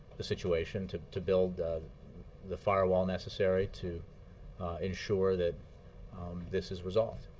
the situation, to to build the firewall necessary to ensure that this is resolved.